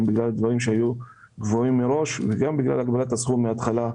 גם בגלל דברים שהיו גבוהים מראש וגם בגלל הגבלת הסכום מהתחלה,